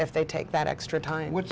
if they take that extra time which